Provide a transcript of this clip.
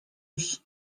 eus